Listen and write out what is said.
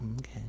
Okay